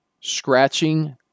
scratching